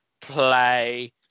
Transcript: play